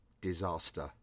Disaster